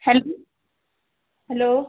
Hale hello